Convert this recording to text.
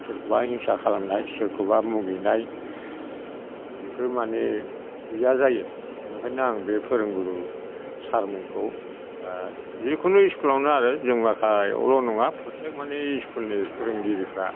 सोरखौबा हिंसा खालामनाय सोरखौबा मुगैनाय बेफोरमाने गैया जायो नंखायनो आं बे फोरोंगुरु सार मोनखौ जिखुनु इस्कुलावनो आरो जों माखायावल' नङा प्रतेग माने इस्कुलनि फोरोंगिरिफ्रा